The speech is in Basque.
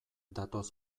datoz